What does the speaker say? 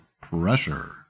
Pressure